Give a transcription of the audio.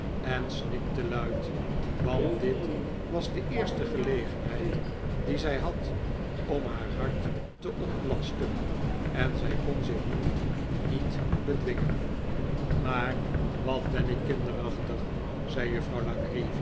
en snikte luid want dit was de eerste gelegenheid die zij had om haar hart te ontlasten en zij kon zich nu niet bedwingen maar wat ben ik kinderachtig zei juffrouw